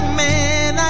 man